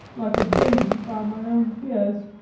like a baby, by my own fears,